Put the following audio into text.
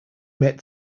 met